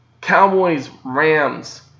Cowboys-Rams